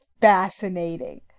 fascinating